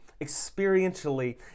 experientially